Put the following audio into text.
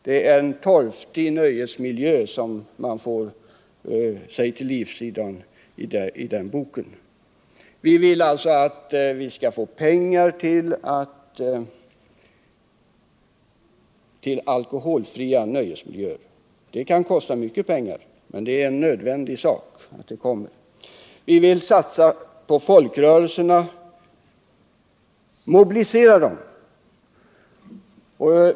Det är en torftig nöjesmiljö som redovisas i den boken. Vi vill att det skall anslås pengar till alkoholfria nöjesmiljöer. Det kan kosta mycket pengar, men det är nödvändigt att detta kommer till stånd. Vi vill mobilisera folkrörelserna.